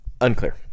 unclear